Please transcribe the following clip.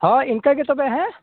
ᱦᱳᱭ ᱤᱱᱠᱟᱹ ᱜᱮ ᱛᱚᱵᱮ ᱦᱮᱸ